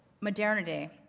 modernity